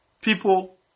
people